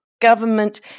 government